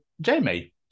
Jamie